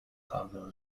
cargo